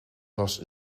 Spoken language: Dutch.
was